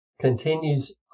continues